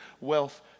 wealth